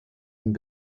and